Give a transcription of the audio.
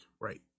Right